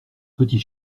petit